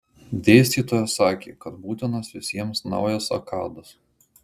dėstytojas sakė kad būtinas visiems naujas akadas